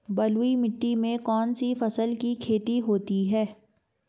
बलुई मिट्टी में कौनसी फसल की खेती होती है?